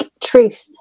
truth